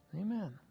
Amen